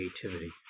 creativity